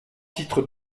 titres